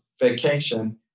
vacation